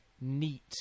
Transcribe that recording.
neat